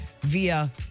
via